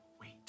wait